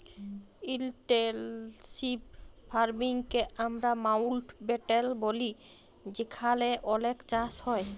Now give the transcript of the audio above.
intensive farming কে আমরা মাউল্টব্যাটেল ব্যলি যেখালে অলেক চাষ হ্যয়